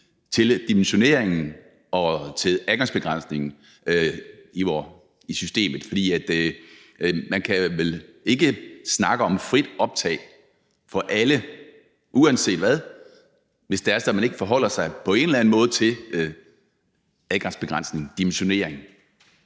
til dimensioneringen og til adgangsbegrænsningen i systemet? For man kan vel ikke snakke om et frit optag for alle uanset hvad, hvis det er sådan, at man ikke på en eller anden måde forholder sig til adgangsbegrænsningen, dimensioneringen.